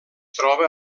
troba